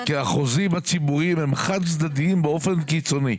כי החוזים הציבוריים הם חד צדדיים באופן קיצוני.